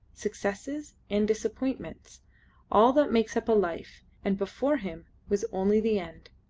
successes, and disappointments all that makes up a life and before him was only the end.